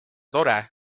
tore